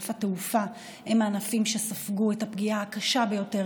הם הענפים שספגו את הפגיעה הקשה ביותר,